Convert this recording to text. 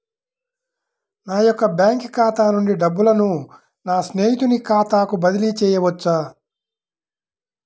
నా యొక్క బ్యాంకు ఖాతా నుండి డబ్బులను నా స్నేహితుని ఖాతాకు బదిలీ చేయవచ్చా?